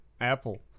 Apple